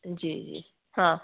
जी जी हाँ